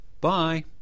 Bye